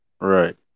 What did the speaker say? Right